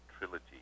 trilogy